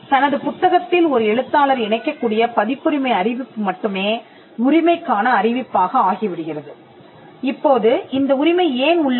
தனது புத்தகத்தில் ஒரு எழுத்தாளர் இணைக்கக்கூடிய பதிப்புரிமை அறிவிப்பு மட்டுமே உரிமைக்கான அறிவிப்பாக ஆகிவிடுகிறது இப்போது இந்த உரிமை ஏன் உள்ளது